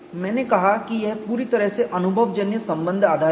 मैंने कहा कि यह पूरी तरह से अनुभवजन्य संबंध आधारित है